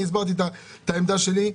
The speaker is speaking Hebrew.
אני הסברתי את העמדה שלי,